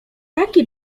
taki